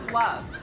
love